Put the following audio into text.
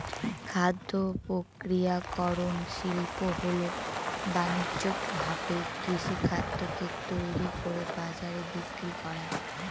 খাদ্য প্রক্রিয়াকরন শিল্প হল বানিজ্যিকভাবে কৃষিখাদ্যকে তৈরি করে বাজারে বিক্রি করা